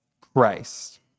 Christ